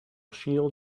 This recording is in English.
shield